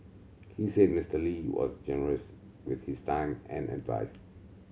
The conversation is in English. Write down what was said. he said Mister Lee was generous with his time and advise